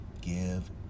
Give